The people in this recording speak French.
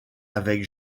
avec